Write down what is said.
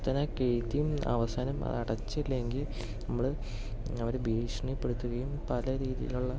കുത്തനെ കേറ്റിയും അവസാനം അടച്ചില്ലെങ്കിൽ നമ്മളെ അവർ ഭീഷണിപ്പെടുത്തുകയും പല രീതിയിലുള്ള